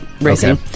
racing